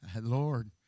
Lord